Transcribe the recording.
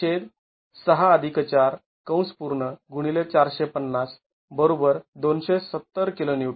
तर भिंत A मध्ये